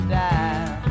die